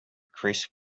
chris